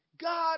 God